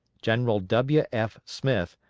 general w. f. smith,